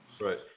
Right